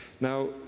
Now